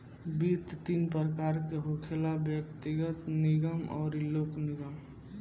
वित्त तीन प्रकार के होखेला व्यग्तिगत, निगम अउरी लोक निगम